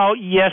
yes